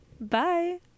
bye